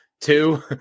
Two